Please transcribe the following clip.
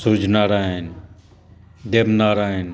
सूर्य नारायण देव नारायण